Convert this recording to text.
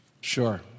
Sure